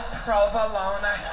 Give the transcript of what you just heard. provolone